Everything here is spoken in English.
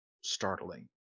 startling